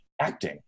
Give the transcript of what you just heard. acting